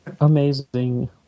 Amazing